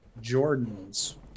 Jordan's